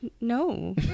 no